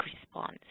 response